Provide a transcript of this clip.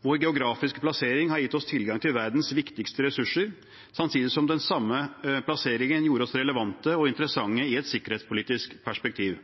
Vår geografiske plassering har gitt oss tilgang til verdens viktigste ressurser samtidig som den samme plasseringen gjorde oss relevante og interessante i et sikkerhetspolitisk perspektiv.